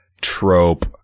trope